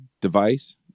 device